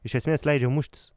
iš esmės leidžia muštis